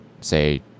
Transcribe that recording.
say